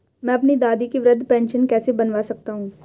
मैं अपनी दादी की वृद्ध पेंशन कैसे बनवा सकता हूँ?